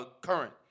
current